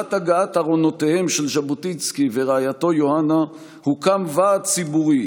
לקראת הגעת ארונותיהם של ז'בוטינסקי ורעייתו יוהנה הוקם ועד ציבורי